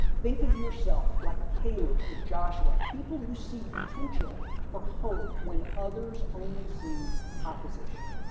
think of yourself like caleb or joshua people who see potential for hope when others only see opposition.